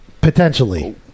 Potentially